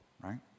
right